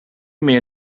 meer